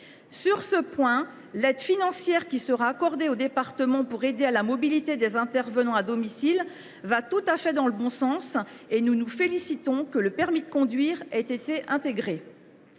Sur ce point, l’aide financière accordée aux départements pour aider à la mobilité des intervenants à domicile va dans le bon sens, et nous nous félicitons que le permis de conduire y ait été intégré.